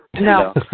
No